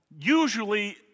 Usually